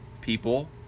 people